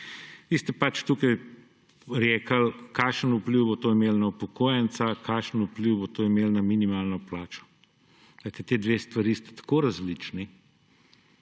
Vi ste pač tukaj rekli, kakšen vpliv bo to imelo na upokojenca, kakšen vpliv bo to imelo na minimalno plačo. Ti dve stvari sta tako različni,